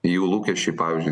jų lūkesčiai pavyzdžiui